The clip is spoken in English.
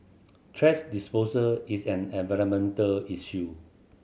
thrash disposal is an environmental issue